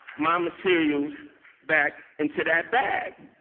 my materials back into that bag,